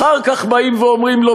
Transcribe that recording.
אחר כך באים ואומרים לו,